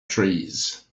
trees